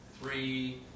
three